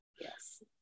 yes